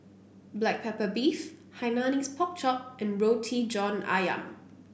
Black Pepper Beef Hainanese Pork Chop and Roti John ayam